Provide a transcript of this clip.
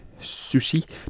Sushi